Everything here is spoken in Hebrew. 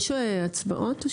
יש הצבעות?